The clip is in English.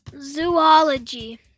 Zoology